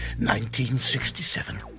1967